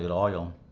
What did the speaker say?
and oil.